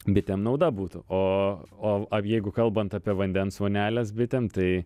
bitėm nauda būtų o o av jeigu kalbant apie vandens voneles bitėm tai